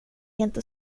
inte